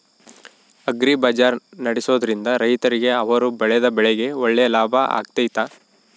Agri ಬಜಾರ್ ನಡೆಸ್ದೊರಿಂದ ರೈತರಿಗೆ ಅವರು ಬೆಳೆದ ಬೆಳೆಗೆ ಒಳ್ಳೆ ಲಾಭ ಆಗ್ತೈತಾ?